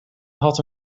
had